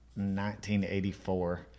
1984